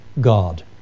God